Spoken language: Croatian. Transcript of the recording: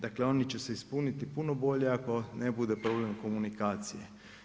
Dakle, oni će se ispuniti puno bolje ako ne bude problem komunikacije.